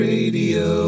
Radio